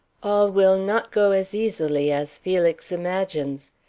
all will not go as easily as felix imagines.